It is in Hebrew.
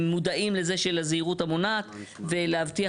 מודעים לזה של הזהירות המונעת ולהבטיח